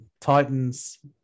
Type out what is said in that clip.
Titans